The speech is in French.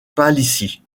palissy